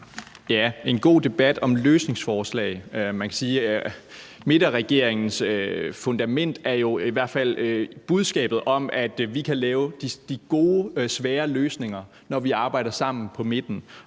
om en god debat om løsningsforslag. Man kan sige, at midterregeringens fundament jo i hvert fald er budskabet om: Vi kan lave de gode og svære løsninger, når vi arbejder sammen på midten.